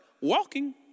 Walking